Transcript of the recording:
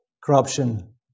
corruption